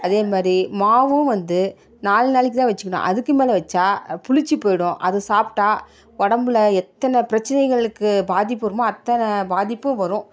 அதே மாதிரி மாவும் வந்து நாலு நாளைக்கு தான் வச்சுக்கணும் அதுக்கு மேலே வைச்சா புளிச்சு போயிடும் அதை சாப்பிட்டா உடம்புல எத்தனை பிரச்சினைகளுக்கு பாதிப்பு வருமோ அத்தனை பாதிப்பும் வரும்